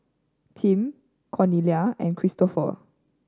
Tim Cornelia and Kristoffer